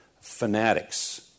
fanatics